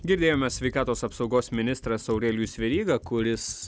girdėjome sveikatos apsaugos ministras aurelijus veryga kuris